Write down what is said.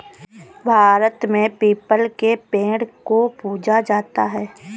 भारत में पीपल के पेड़ को पूजा जाता है